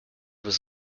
was